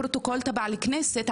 אוקי, אז אנחנו נתחיל,